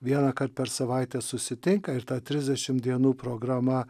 vieną kart per savaitę susitinka ir tą trisdešim dienų programa